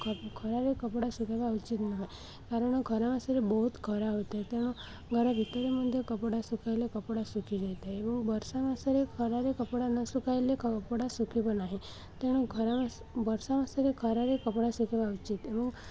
ଖରାରେ କପଡ଼ା ଶୁଖେଇବା ଉଚିତ୍ ନୁହେଁ କାରଣ ଖରା ମାସରେ ବହୁତ ଖରା ହୋଇଥାଏ ତେଣୁ ଘର ଭିତରେ ମଧ୍ୟ କପଡ଼ା ଶୁଖାଇଲେ କପଡ଼ା ଶୁଖିଯାଇଥାଏ ଏବଂ ବର୍ଷା ମାସରେ ଖରାରେ କପଡ଼ା ନଶୁଖାଇଲେ କପଡ଼ା ଶୁଖିବ ନାହିଁ ତେଣୁ ଖରା ମାସ ବର୍ଷା ମାସରେ ଖରାରେ କପଡ଼ା ଶୁଖେଇବା ଉଚିତ ଏବଂ